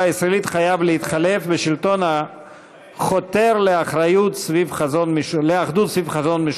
הישראלית חייב להתחלף בשלטון החותר לאחדות סביב חזון משותף,